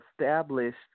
established